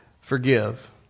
Forgive